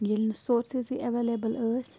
ییٚلہِ نہٕ سۄرسِزٕے اٮ۪وَیلیبٕل ٲسۍ